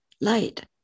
light